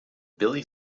billy